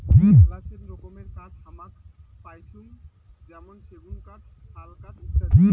মেলাছেন রকমের কাঠ হামাক পাইচুঙ যেমন সেগুন কাঠ, শাল কাঠ ইত্যাদি